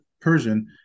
Persian